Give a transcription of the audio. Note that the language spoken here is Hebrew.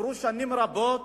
עברו שנים רבות.